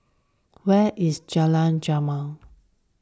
where is Jalan Jamal